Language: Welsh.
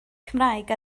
cymraeg